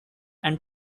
and